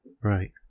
Right